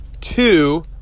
two